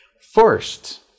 First